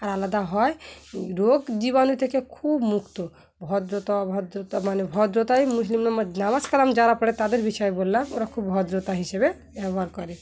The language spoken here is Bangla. আর আলাদা হয় রোগ জীবাণু থেকে খুব মুক্ত ভদ্রতা অভদ্রতা মানে ভদ্রতাই মুসলিম নাম নামাজ কালাম যারা পড়ে তাদের বিষয়ে বললাম ওরা খুব ভদ্রতা হিসেবে ব্যবহার করে